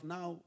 now